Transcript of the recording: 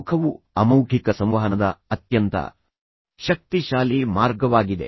ಮುಖವು ಅಮೌಖಿಕ ಸಂವಹನದ ಅತ್ಯಂತ ಶಕ್ತಿಶಾಲಿ ಮಾರ್ಗವಾಗಿದೆ